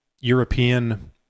European